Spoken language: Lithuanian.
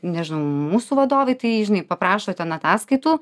nežinau mūsų vadovai tai žinai paprašo ten ataskaitų